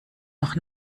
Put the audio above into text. noch